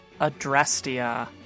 Adrestia